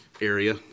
area